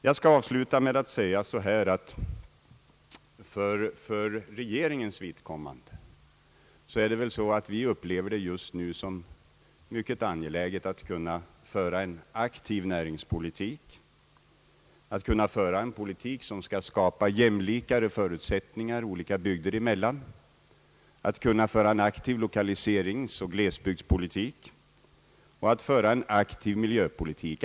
Jag skall avslutningsvis understryka, att vi i regeringen just nu upplever det som mycket angeläget att kunna föra en aktiv näringspolitik, att kunna föra en politik som skall skapa mer jämlika förutsättningar olika bygder emellan, att kunna föra en aktiv lokaliseringsoch glesbygdspolitik och en framsynt miljöpolitik.